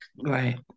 Right